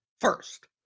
first